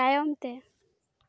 ᱛᱟᱭᱚᱢᱛᱮ